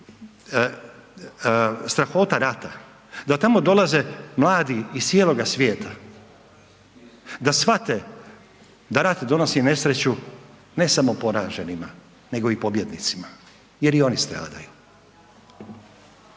strahota rata, da tamo dolaze mladi iz cijeloga svijeta, da shvate da rat donosi nesreću ne samo poraženima, nego i pobjednicima jer i oni stradaju.